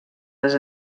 les